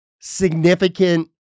significant